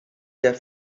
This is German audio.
der